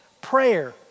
prayer